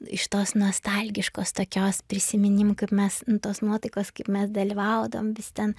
iš tos nostalgiškos tokios prisiminimų kaip mes tos nuotaikos kaip mes dalyvaudavom vis ten